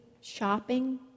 shopping